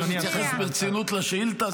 -- ומתייחס ברצינות לשאילתה?